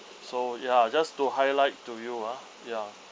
so ya just to highlight to you ah ya